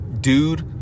dude